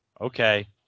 okay